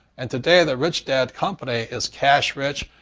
and today, the rich dad company is cash rich.